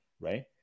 right